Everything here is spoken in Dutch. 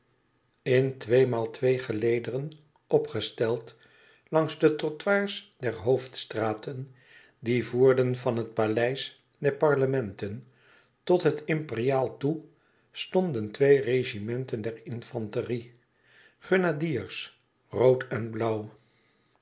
in twee maal twee gelederen opgesteld langs de trottoirs der hoofdstraten die voerden van het paleis der parlementen tot het imperiaal toe stonden twee regimenten der infanterie grenadiers rood en blauw